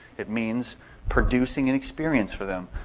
it means producing an experience for them.